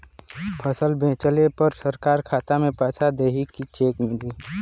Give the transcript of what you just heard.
फसल बेंचले पर सरकार खाता में पैसा देही की चेक मिली?